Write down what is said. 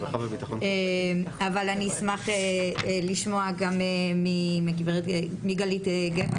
אני אשמח לשמוע מגלית גבע,